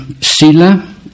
sila